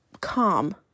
calm